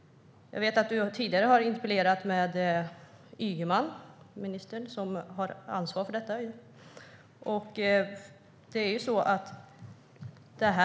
Jag vet att Sten Bergheden tidigare har ställt interpellationer till minister Ygeman som har ansvar för dessa frågor.